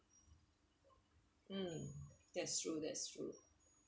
that's true that's true